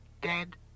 dead